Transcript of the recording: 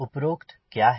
उपरोक्त क्या है